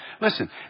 Listen